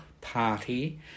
Party